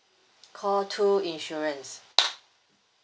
call two insurance